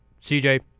CJ